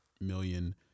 million